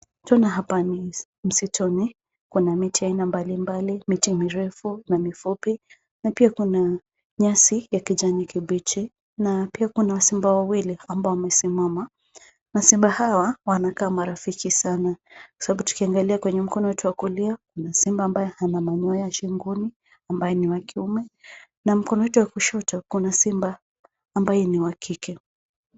Tuna hapa ni msituni. Kuna miti ya aina mbalimbali, miti mirefu na mifupi, na pia kuna nyasi ya kijani kibichi na pia kuna simba wawili ambao wamesimama. Masimba hawa wanakaa marafiki sana, sababu tukiangalia kwenye mkono wetu wa kulia kuna simba ambaye ana manyoya shingoni, ambaye ni wa kiume na mkono wetu wa kushoto kuna simba ambaye ni wa kike.